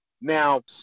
Now